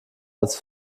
als